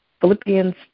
Philippians